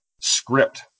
script